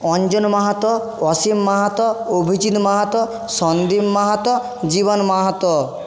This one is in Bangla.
অঞ্জন মাহাতো অসীম মাহাতো অভিজিৎ মাহাতো সন্দীপ মাহাতো জীবন মাহাতো